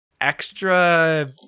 extra